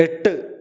എട്ട്